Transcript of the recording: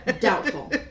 Doubtful